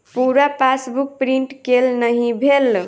पूरा passbook print केल नहि भेल